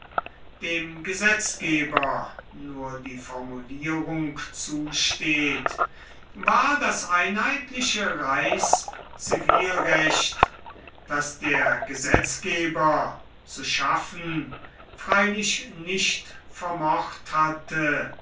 dem gesetzgeber nur die formulierung zusteht war das einheitliche reichszivilrecht das der gesetzgeber zu schaffen freilich nicht vermocht hätte